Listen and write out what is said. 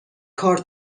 کار